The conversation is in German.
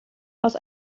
aus